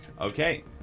Okay